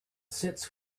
sits